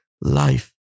life